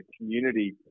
community